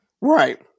right